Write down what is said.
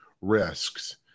risks